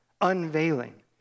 unveiling